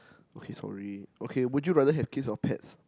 okay sorry okay would you rather have kids or pet